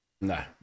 no